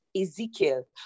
Ezekiel